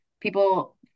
people